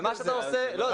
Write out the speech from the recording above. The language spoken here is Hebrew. ומה שאתה עושה ------ לא,